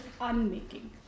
unmaking